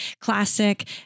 classic